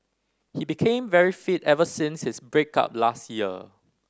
he became very fit ever since his break up last year